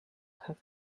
have